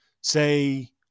Say